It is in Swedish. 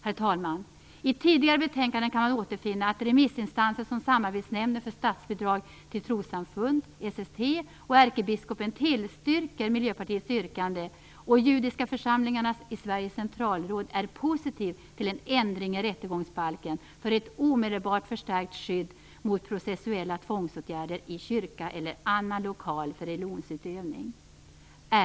Herr talman! I tidigare betänkanden kan man återfinna att remissinstanser som Samarbetsnämnden för statsbidrag till trossamfund, SST, och ärkebiskopen tillstyrker Miljöpartiets yrkande. Judiska församlingarnas i Sverige Centralråd är positivt till en ändring i rättegångsbalken för ett omedelbart förstärkt skydd mot processuella tvångsåtgärder i kyrka eller annan lokal för religionsutövning.